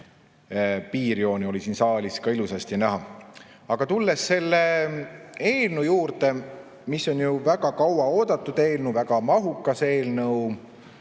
piirjooni oli siin saalis ka ilusasti näha. Aga tulen nüüd selle eelnõu juurde, mis on väga kaua oodatud eelnõu ja väga mahukas eelnõu.